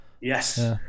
yes